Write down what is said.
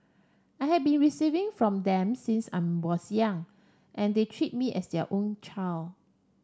I have been receiving from them since I was young and they treat me as their own child